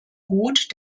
gut